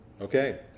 Okay